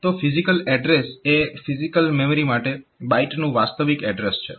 તો physical address એ physical memory માટે બાઈટનું વાસ્તવિક એડ્રેસ છે